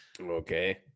okay